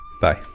Bye